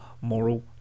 Moral